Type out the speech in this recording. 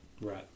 Right